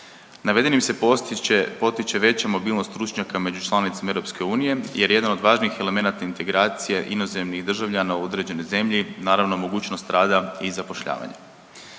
Navedenim se potiče veća mobilnost stručnjaka među članicama Europske unije, jer jedan od važnih elemenata integracija inozemnih državljana u određenoj zemlji, naravno mogućnost rada i zapošljavanja.